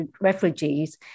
refugees